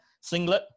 Singlet